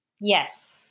Yes